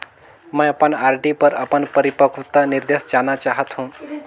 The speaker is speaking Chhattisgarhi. मैं अपन आर.डी पर अपन परिपक्वता निर्देश जानना चाहत हों